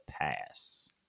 pass